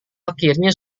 akhirnya